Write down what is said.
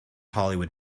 hollywood